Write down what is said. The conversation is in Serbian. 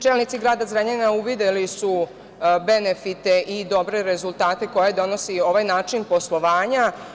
Čelnici grada Zrenjanina uvideli su benefite i dobre rezultate koje donosi ovaj način poslovanja.